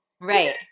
right